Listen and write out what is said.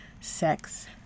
sex